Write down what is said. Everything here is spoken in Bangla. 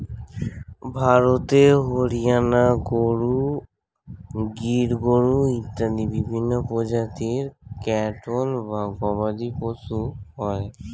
ভারতে হরিয়ানা গরু, গির গরু ইত্যাদি বিভিন্ন প্রজাতির ক্যাটল বা গবাদিপশু হয়